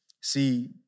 See